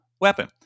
weapon